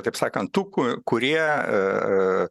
taip sakant tų ku kurie